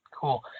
Cool